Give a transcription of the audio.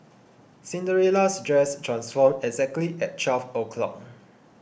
Cinderella's dress transformed exactly at twelve o'clock